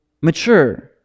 mature